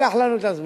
ניקח לנו את הזמן.